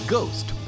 Ghost